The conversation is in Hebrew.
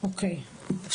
אוקיי, כן.